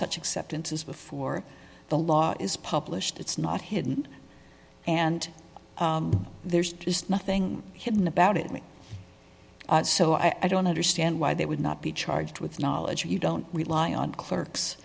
such acceptance is before the law is published it's not hidden and there's just nothing hidden about it so i don't understand why they would not be charged with knowledge you don't rely on clerks